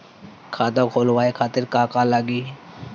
खाता खोलवाए खातिर का का लागी?